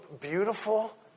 beautiful